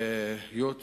היות